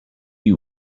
you